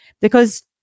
Because-